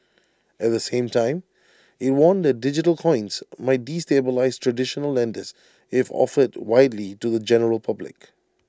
at the same time IT warned that digital coins might destabilise traditional lenders if offered widely to the general public